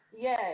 Yes